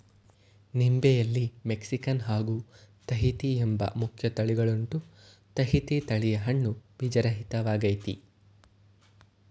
ನಿಂಬೆಯಲ್ಲಿ Mexican ಹಾಗೂ Tahiti ಎಂಬ ಮುಖ್ಯ ತಳಿಗಳುಂಟು ತಾಹಿತಿ ತಳಿಯ ಹಣ್ಣು ಬೀಜರಹಿತ ವಾಗಯ್ತೆ